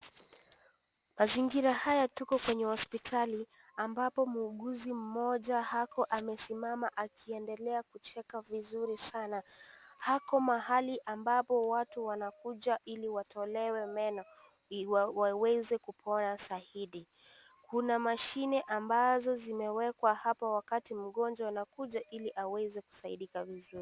Mazingira haya tuko kwenye hospitali ambapo muuguzi mmoja ako amesimama akiendelea kucheka vizuri sana ako mahali ambapo watu wanakuja ili watolewe meno ili waweze kupona zaidi . Kuna mashine ambazo zimewekwa hapo wakati mgonjwa anakuja ili aweze kusaidika vizuri.